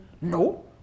no